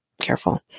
careful